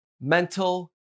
mental